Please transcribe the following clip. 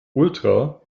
ultra